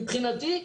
מבחינתי,